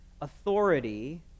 authority